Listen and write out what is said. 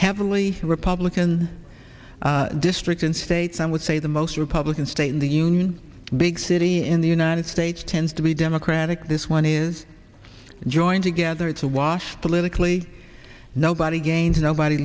heavily republican district in state some would say the most republican state in the union big city in the united states tends to be democratic this one is joined together to wash politically nobody gains nobody